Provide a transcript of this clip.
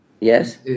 Yes